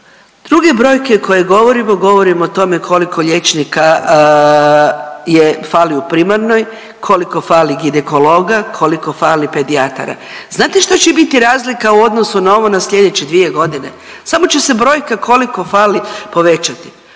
Druge brojke koje govorimo, govorimo o tome koliko liječnika fali u primarnoj, koliko fali ginekologa, koliko fali pedijatara, znate šta će biti razlika u odnosu na ovo na sljedeće dvije godine? Samo će se brojka koliko fali povećati.